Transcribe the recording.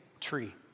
tree